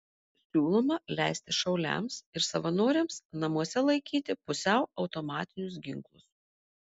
siūloma leisti šauliams ir savanoriams namuose laikyti pusiau automatinius ginklus